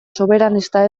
soberanista